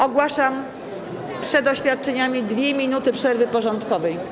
Ogłaszam przed oświadczeniami 2 minuty przerwy porządkowej.